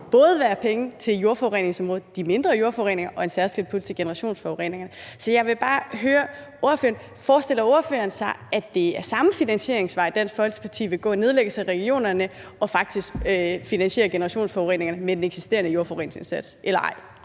skal være penge til jordforureningsområdet, de mindre jordforureninger, og en særskilt pulje til generationsforureningerne. Så jeg vil bare høre, om ordføreren forestiller sig, at det er samme finansieringsvej, som Dansk Folkeparti vil gå, altså med nedlæggelse af regionerne og ved faktisk at finansiere generationsforureningerne med den eksisterende jordforureningsindsats, eller ej.